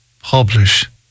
publish